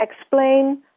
explain